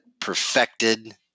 perfected